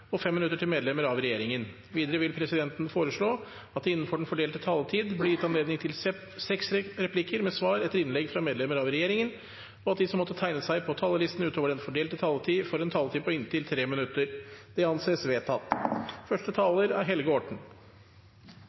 til fem replikker med svar etter innlegg fra medlemmer av regjeringen, og at de som måtte tegne seg på talerlisten utover den fordelte taletid, får en taletid på inntil 3 minutter. – Det anses vedtatt.